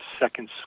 second